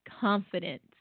confidence